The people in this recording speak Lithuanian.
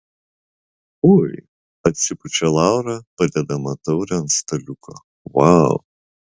ui atsipučia laura padėdama taurę ant staliuko vau